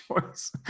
choice